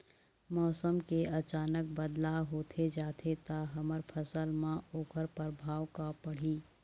मौसम के अचानक बदलाव होथे जाथे ता हमर फसल मा ओकर परभाव का पढ़ी?